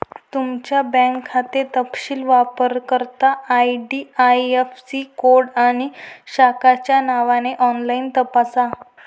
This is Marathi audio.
तुमचा बँक खाते तपशील वापरकर्ता आई.डी.आई.ऍफ़.सी कोड आणि शाखेच्या नावाने ऑनलाइन तपासा